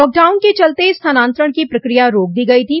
lockdown के चलते स्थानान्तरण की प्रक्रिया रोक दी गई थी